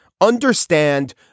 understand